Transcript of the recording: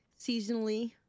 Seasonally